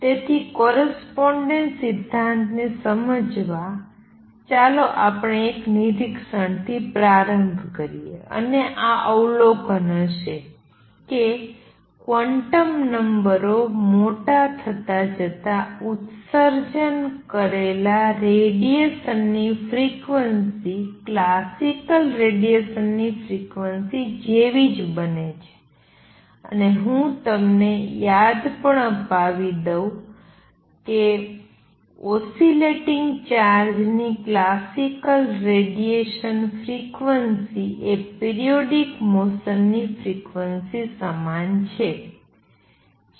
તેથી કોરસ્પોંડેન્સ સિધ્ધાંતને સમજવા ચાલો આપણે એક નિરીક્ષણથી પ્રારંભ કરીએ અને આ અવલોકન હશે કે ક્વોન્ટમ નંબરો મોટા થતા જતા ઉત્સર્જન કરેલા રેડીએશનની ફ્રિક્વન્સી ક્લાસિકલ રેડીએશન ની ફ્રિક્વન્સી જેવી જ બને છે અને હું તમને યાદ પણ અપાવી દઉં છું કે ઓસિલેટીંગ ચાર્જ ની ક્લાસિકલ રેડીએશન ફ્રિક્વન્સી એ પિરિયોડિક મોસન ની ફ્રિક્વન્સી સમાન છે